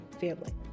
family